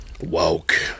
Woke